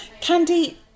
Candy